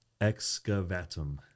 excavatum